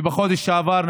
ובחודש שעבר,